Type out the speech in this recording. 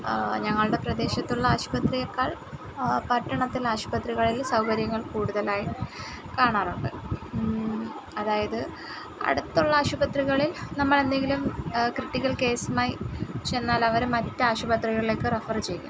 ഞങ്ങളുടെ പ്രദേശത്ത് ഉള്ള ആശുപത്രിയേക്കാൾ പട്ടണത്തിലെ ആശുപത്രികളിൽ സൗകര്യങ്ങൾ കൂടുതലായി കാണാറുണ്ട് അതായത് അടുത്തുള്ള ആശുപത്രികളിൽ നമ്മൾ എന്തെങ്കിലും ക്രിട്ടിക്കൽ കേസുമായി ചെന്നാൽ അവർ മറ്റ് ആശുപത്രികളിലേക്ക് റഫർ ചെയ്യും